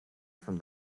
from